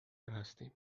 هستیم